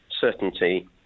certainty